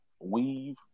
weave